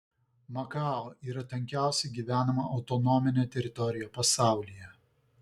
makao yra tankiausiai gyvenama autonominė teritorija pasaulyje